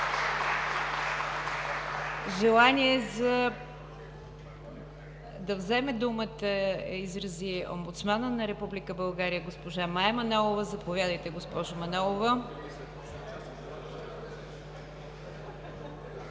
Желание да вземе думата изрази омбудсманът на Република България госпожа Мая Манолова. Заповядайте, госпожо Манолова.